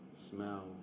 smell